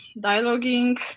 dialoguing